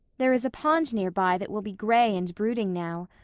there is a pond nearby that will be gray and brooding now.